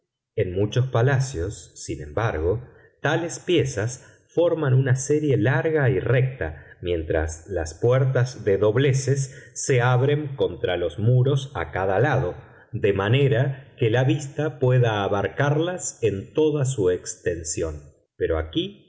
en muchos palacios sin embargo tales piezas forman una serie larga y recta mientras las puertas de dobleces se abren contra los muros a cada lado de manera que la vista pueda abarcarlas en toda su extensión pero aquí